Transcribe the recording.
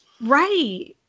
Right